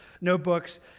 notebooks